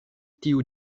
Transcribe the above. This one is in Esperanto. tiu